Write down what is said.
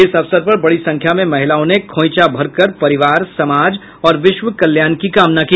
इस अवसर पर बड़ी संख्या में महिलाओं ने खोईंछा भरकर परिवार समाज और विश्व कल्याण की कामना की